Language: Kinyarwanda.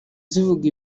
zivuga